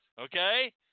Okay